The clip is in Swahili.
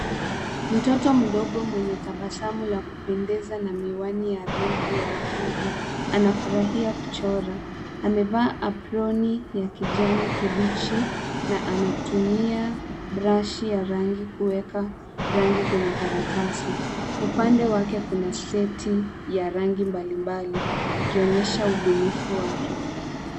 Mtoto mdogo mwenye tabasamu la kupendeza na miwani ya rangi ya waridi anafurahia kuchora. Amevalia aproni ya kijani kibichi na anatumia brashi ya rangi kuweka rangi kwenye karatasi. Upande wake kuna seti ya rangi mbalimbali ikionyesha ubunifu wake.